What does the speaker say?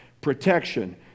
protection